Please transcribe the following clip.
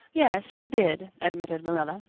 yes, she did, admitted marilla.